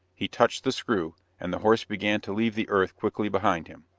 he touched the screw, and the horse began to leave the earth quickly behind him.